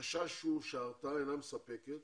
החשש הוא שההרתעה אינה מספקת